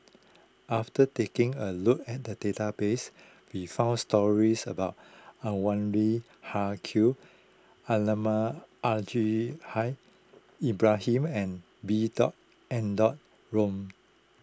after taking a look at the database we found stories about Anwarul Haque Al Haj Ibrahim and B dot N dot Room